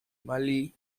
malí